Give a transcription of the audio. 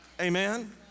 amen